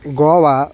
Goa